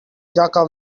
jaka